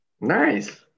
Nice